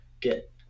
get